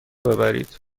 ببرید